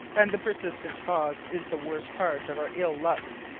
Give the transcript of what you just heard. and the persistent fog is the worst part of our ill luck.